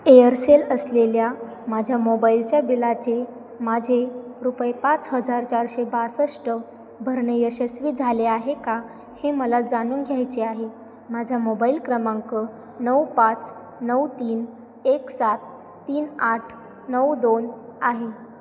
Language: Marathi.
एअरसेल असलेल्या माझ्या मोबाईलच्या बिलाचे माझे रुपये पाच हजार चारशे बासष्ट भरणे यशस्वी झाले आहे का हे मला जाणून घ्यायचे आहे माझा मोबाईल क्रमांक नऊ पाच नऊ तीन एक सात तीन आठ नऊ दोन आहे